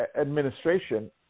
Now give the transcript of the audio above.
administration